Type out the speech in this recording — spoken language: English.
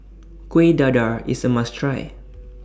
Kueh Dadar IS A must Try